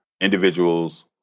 individuals